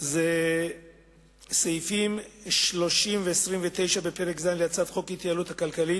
הוא סעיפים 30 ו-29 בפרק ז' להצעת חוק ההתייעלות הכלכלית